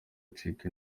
acika